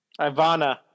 Ivana